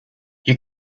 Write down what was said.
you